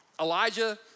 Elijah